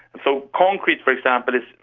so concrete, for example, is,